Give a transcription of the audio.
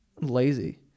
lazy